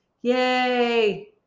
Yay